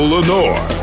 Lenore